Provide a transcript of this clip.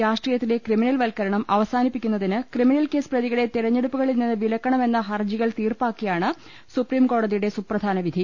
രാഷ്ട്രീയത്തിലെ ക്രിമിനൽ വത്കരണം അവസാനിപ്പിക്കുന്നതിന് ക്രിമിനൽ കേസ് പ്രതികളെ തെരഞ്ഞെടുപ്പുകളിൽ നിന്ന് വിലക്കണമെന്ന ഹർജികൾ തീർപ്പാക്കിയാണ് സുപ്രീംകോടതിയുടെ സുപ്രധാന വിധി